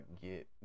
get